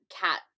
cat